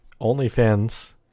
OnlyFans